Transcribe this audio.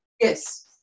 Yes